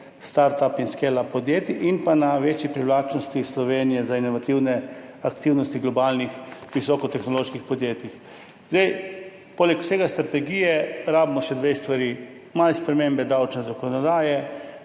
startup in scaleup podjetij, in na večji privlačnosti Slovenije za inovativne aktivnosti globalnih visokotehnoloških podjetij. Poleg vse strategije rabimo še dve stvari. Malo spremembe davčne zakonodaje.